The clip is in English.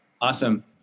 Awesome